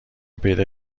پیدا